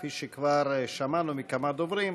כפי שכבר שמענו מכמה דוברים,